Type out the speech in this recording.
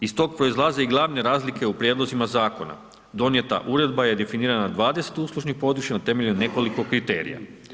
Iz tog proizlaze i glavne razlike u prijedlozima zakona, donijeta uredba je definirana na 20 uslužnih područja na temelju nekoliko kriterija.